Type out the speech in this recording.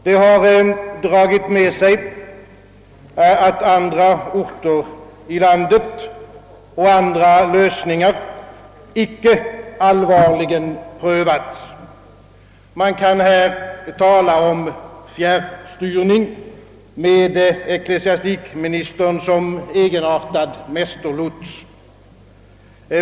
Det har medfört, att andra orter i landet och andra lösningar icke allvarligen prövats. Man kan här tala om fjärrstyrning, med ecklesiastikministern som egenartad mästerlots.